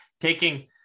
taking